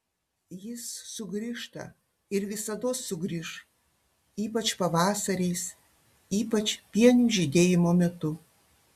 jis sugrįžta ir visados sugrįš ypač pavasariais ypač pienių žydėjimo metu